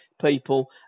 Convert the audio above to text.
people